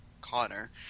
Connor